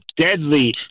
deadly